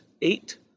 eight